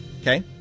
Okay